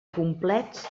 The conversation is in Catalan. complets